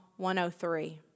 103